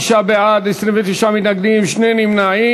45 בעד, 29 מתנגדים, שני נמנעים.